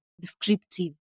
descriptive